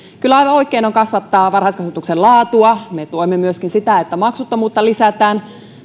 kyllä aivan oikein on kasvattaa varhaiskasvatuksen laatua ja me tuemme myöskin sitä että maksuttomuutta lisätään